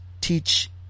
teach